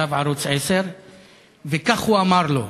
כתב ערוץ 10. וכך הוא אמר לו: